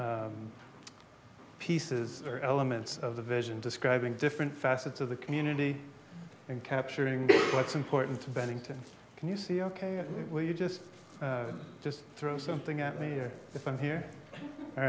pieces are elements of the vision describing different facets of the community and capturing what's important to bennington can you see ok if you just just throw something at me here if i'm here